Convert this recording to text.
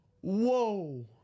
Whoa